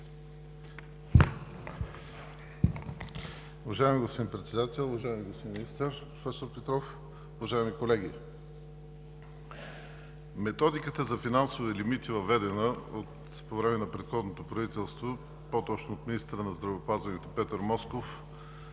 Методиката за финансови лимити, въведена по време на предходното правителство, по-точно от министъра на здравеопазването Петър Москов,